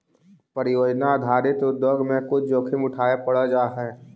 परियोजना आधारित उद्योग में कुछ जोखिम उठावे पड़ जा हई